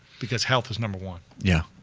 because health is number one. yeah,